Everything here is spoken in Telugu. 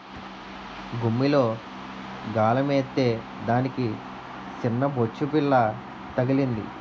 గుమ్మిలో గాలమేత్తే దానికి సిన్నబొచ్చుపిల్ల తగిలింది